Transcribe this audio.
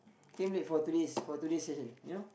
came late for today's for today's session you know